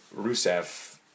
Rusev